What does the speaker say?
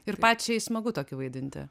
ir pačiai smagu tokį vaidinti